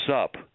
up